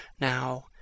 now